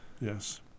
yes